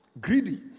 greedy